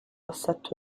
assetto